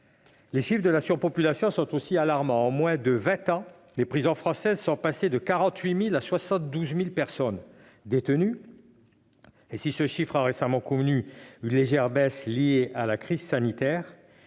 Les chiffres de la surpopulation sont aussi alarmants : en moins de vingt ans, les prisons françaises sont passées de 48 000 à 72 000 personnes détenues. Si ce chiffre a récemment connu une légère baisse liée à la crise sanitaire,